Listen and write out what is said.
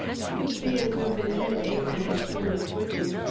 he could see it, though his head ached and his skin was twitching,